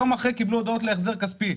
יום אחרי קיבלו הודעות להחזר כספי.